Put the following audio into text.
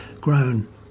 grown